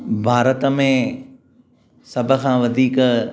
भारत में सभु खां वधीक